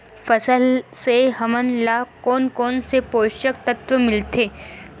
फसल से हमन ला कोन कोन से पोषक तत्व मिलथे?